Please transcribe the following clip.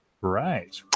Right